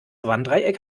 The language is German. warndreieck